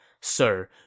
Sir